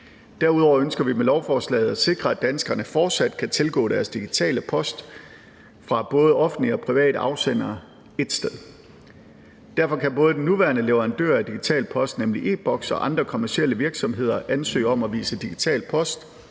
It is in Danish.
Derudover ønsker vi med lovforslaget at sikre, at danskerne fortsat kan tilgå deres digitale post fra både offentlige og private afsendere ét sted. Derfor kan både den nuværende leverandør af digital post, nemlig e-Boks, og andre kommercielle virksomheder, ansøge om at vise digital post